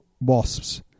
Wasps